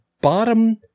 bottom